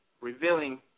revealing